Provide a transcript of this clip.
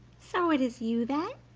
so it is you, then?